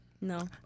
No